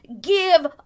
give